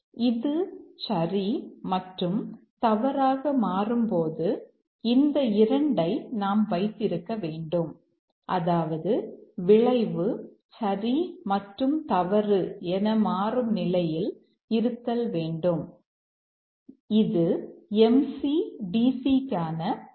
எனவே இது சரி மற்றும் தவறாக மாறும் போது இந்த 2 ஐ நாம் வைத்திருக்க வேண்டும் அதாவது விளைவு சரி மற்றும் தவறு என மாறும் நிலையில் இருத்தல் வேண்டும் இது MC DC க்கான தேவை ஆகும்